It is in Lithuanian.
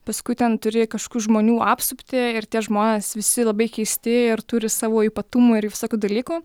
paskui ten turi kažkokių žmonių apsuptį ir tie žmonės visi labai keisti ir turi savo ypatumų ir visokių dalykų